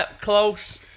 close